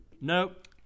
Nope